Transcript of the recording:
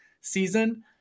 season